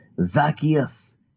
Zacchaeus